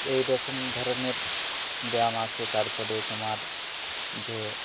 এই রকম ধরনের ব্যায়াম আছে তারপরে তোমার যে